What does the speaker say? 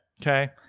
okay